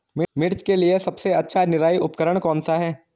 मिर्च के लिए सबसे अच्छा निराई उपकरण कौनसा है?